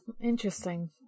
interesting